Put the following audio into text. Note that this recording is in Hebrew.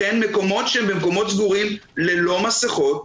לכן מקומות שהם במקומות סגורים ללא מסכות,